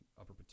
upper